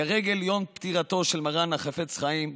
לרגל יום פטירתו של מרן החפץ חיים,